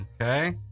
Okay